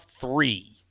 Three